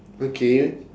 okay